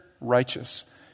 righteous